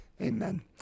Amen